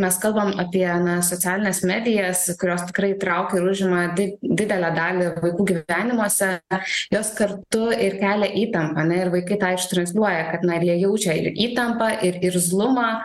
mes kalbam apie socialines medijas kurios tikrai įtraukia ir užima di didelę dalį vaikų gyvenimuose aš jas kartu ir kelia įtampą ane ir vaikai tą ištransliuoja kad na jie jaučia ir įtampą ir irzlumą